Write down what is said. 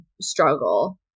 struggle